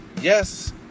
yes